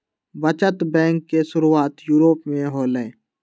बचत बैंक के शुरुआत यूरोप में होलय